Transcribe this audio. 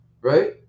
right